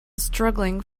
struggling